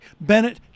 Bennett